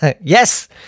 Yes